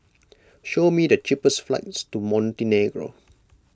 show me the cheapest flights to Montenegro